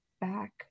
back